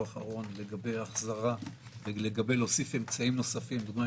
האחרון לגבי הוספת אמצעים נוספים לדוגמה,